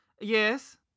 yes